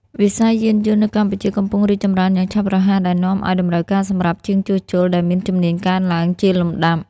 វិស័យយានយន្តនៅកម្ពុជាកំពុងរីកចម្រើនយ៉ាងឆាប់រហ័សដែលនាំឱ្យតម្រូវការសម្រាប់ជាងជួសជុលដែលមានជំនាញកើនឡើងជាលំដាប់។